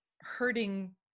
hurting